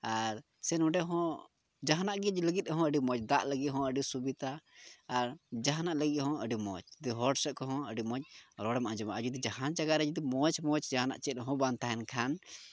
ᱟᱨ ᱥᱮ ᱱᱚᱰᱮ ᱦᱚᱸ ᱡᱟᱦᱟᱱᱟᱜ ᱞᱟᱹᱜᱤᱫ ᱦᱚᱸ ᱟᱹᱰᱤ ᱢᱚᱡᱽ ᱫᱟᱜ ᱞᱟᱹᱜᱤᱫ ᱦᱚᱸ ᱟᱹᱰᱤ ᱥᱩᱵᱤᱫᱷᱟ ᱟᱨ ᱡᱟᱦᱟᱱᱟᱜ ᱞᱟᱹᱜᱤᱫ ᱦᱚᱸ ᱟᱹᱰᱤ ᱢᱚᱡᱽ ᱦᱚᱲ ᱥᱮᱫ ᱠᱷᱚᱡ ᱦᱚᱸ ᱟᱹᱰᱤ ᱢᱚᱡᱽ ᱨᱚᱲᱮᱢ ᱟᱸᱡᱚᱢᱟ ᱟᱨ ᱡᱩᱫᱤ ᱡᱟᱦᱟᱱ ᱡᱟᱭᱜᱟ ᱨᱮ ᱡᱩᱫᱤ ᱢᱚᱡᱽ ᱢᱚᱡᱽ ᱡᱟᱦᱟᱱᱟᱜ ᱪᱮᱫ ᱦᱚᱸ ᱵᱟᱝ ᱛᱟᱦᱮᱱ ᱠᱷᱟᱱ